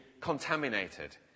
contaminated